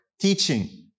teaching